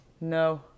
no